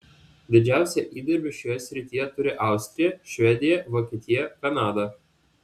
didžiausią įdirbį šioje srityje turi austrija švedija vokietija kanada